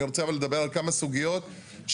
אני רוצה אבל לדבר על כמה סוגיות שהן